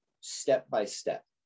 step-by-step